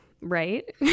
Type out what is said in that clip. Right